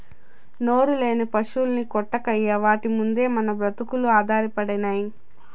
నోరులేని పశుల్ని కొట్టకయ్యా వాటి మిందే మన బ్రతుకులు ఆధారపడినై